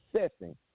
assessing